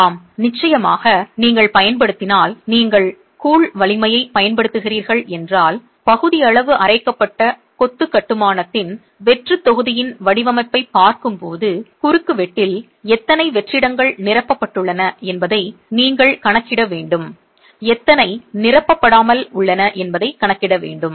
ஆம் நிச்சயமாக நீங்கள் பயன்படுத்தினால் நீங்கள் கூழ் புரை அடைப்பான் வலிமையைப் பயன்படுத்துகிறீர்கள் என்றால் பகுதியளவு அரைக்கப்பட்ட கொத்து கட்டுமானத்தின் வெற்றுத் தொகுதியின் வடிவமைப்பைப் பார்க்கும்போது குறுக்குவெட்டில் எத்தனை வெற்றிடங்கள் நிரப்பப்பட்டுள்ளன என்பதை நீங்கள் கணக்கிட வேண்டும் எத்தனை நிரப்பப்படாமல் உள்ளன என்பதைக் கணக்கிட வேண்டும்